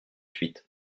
huit